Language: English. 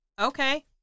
okay